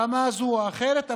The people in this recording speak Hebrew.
ברמה כזו או אחרת,